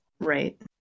right